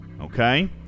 Okay